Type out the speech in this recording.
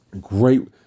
Great